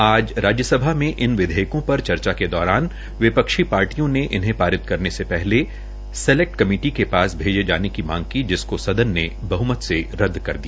आज राज्यसभा में इन विधेयकों पर चर्चा के दौरान विपक्षी पार्टियों ने इन्हें पारित करने से पहले सलैक्ट कमेटी के पास भेजे जाने की मांग की जिसकों सदन ने बहमत से रदद कर दिया